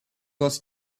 was